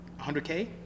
100k